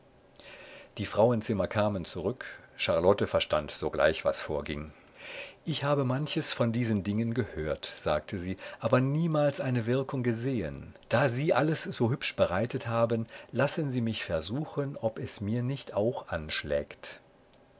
die frauenzimmer kamen zurück charlotte verstand sogleich was vorging ich habe manches von diesen dingen gehört sagte sie aber niemals eine wirkung gesehen da sie alles so hübsch bereit haben lassen sie mich versuchen ob es mir nicht auch anschlägt